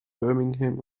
birmingham